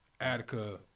Attica